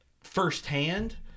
firsthand